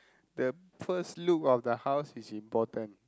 the first look of the house is important